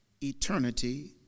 eternity